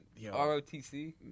ROTC